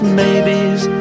maybes